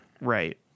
Right